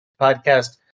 podcast